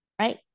right